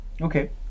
Okay